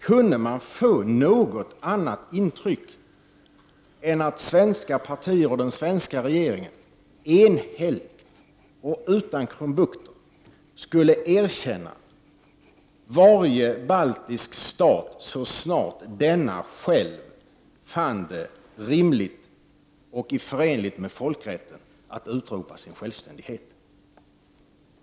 Kunde man få något annat intryck än att svenska partier och den svenska regeringen enhälligt och utan krumbukter skulle erkänna varje baltisk stat så snart denna själv fann det rimligt och förenligt med folkrätten att utropa sin självständighet?